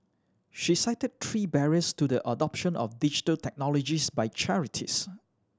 she cited three barriers to the adoption of Digital Technologies by charities